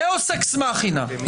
דאוס אקס מכינה.